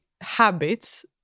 habits